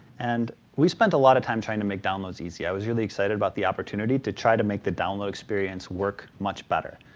and we spent a lot of time trying to make downloads easy. i was really excited about the opportunity to try to make the download experience work much better.